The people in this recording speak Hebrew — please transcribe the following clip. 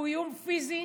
הוא איום פיזי,